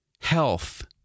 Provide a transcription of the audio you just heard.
Health